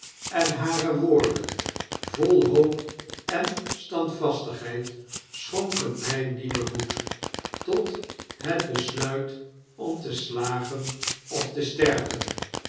en hare woorden vol hoop en standvastigheid schonken my nieuwen moed tot het besluit om te slagen of te sterven